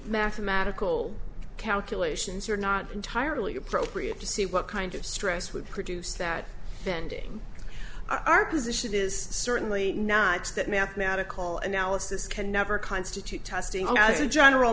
mathematical calculations are not entirely appropriate to see what kind of stress would produce that bending our position is certainly not that mathematical analysis can never constitute testing as a general